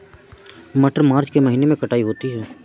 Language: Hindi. मटर मार्च के महीने कटाई होती है?